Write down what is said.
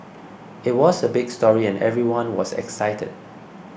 it was a big story and everyone was excited